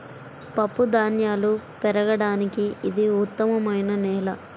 పప్పుధాన్యాలు పెరగడానికి ఇది ఉత్తమమైన నేల